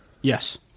Yes